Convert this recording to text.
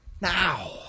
now